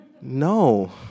no